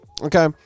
Okay